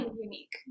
unique